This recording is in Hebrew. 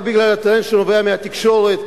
רק בגלל הטרנד שנובע מהתקשורת?